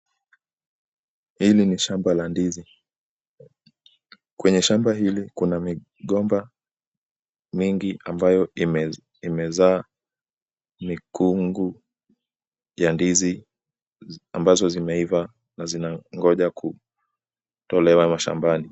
Hili ni shamba la ndizi. Kwenye shamba hili kuna migomba mingi ambayo imezaa mikungu za ndizi ambazo zimeiva na zinangoja kutolewa shambani.